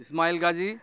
Ismail Gazi